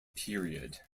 period